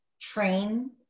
train